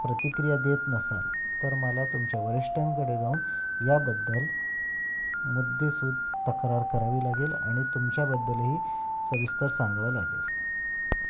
प्रतिक्रिया देत नसाल तर मला तुमच्या वरिष्ठांकडे जाऊन याबद्दल मुद्देसूद तक्रार करावी लागेल आणि तुमच्याबद्दलही सविस्तर सांगावं लागेल